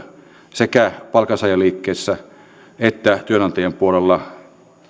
sekä palkansaajaliikkeessä että työnantajien puolella